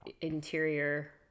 interior